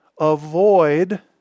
avoid